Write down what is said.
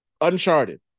uncharted